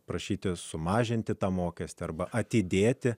prašyti sumažinti tą mokestį arba atidėti